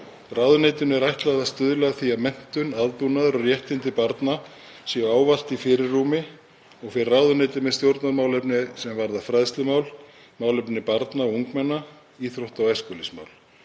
Ráðuneytinu er ætlað að stuðla að því að menntun, aðbúnaður og réttindi barna séu ávallt í fyrirrúmi og fer ráðuneytið með stjórnarmálefni sem varða fræðslumál, málefni barna og ungmenna, íþrótta- og æskulýðsmál.